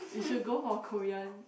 you should go for Korean